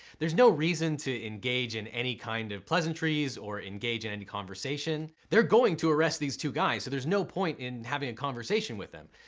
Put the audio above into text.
there's no reason to engage in any kind of pleasantries or engage in any conversation. they're going to arrest these two guys so there's no point in having a conversation with them.